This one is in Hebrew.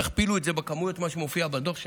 תכפילו את זה בכמויות ממה שמופיע בדוח שלה.